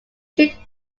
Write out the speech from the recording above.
should